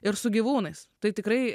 ir su gyvūnais tai tikrai